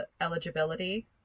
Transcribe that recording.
eligibility